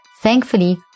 thankfully